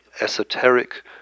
esoteric